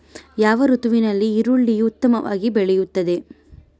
ಯಾವ ಋತುವಿನಲ್ಲಿ ಈರುಳ್ಳಿಯು ಉತ್ತಮವಾಗಿ ಬೆಳೆಯುತ್ತದೆ?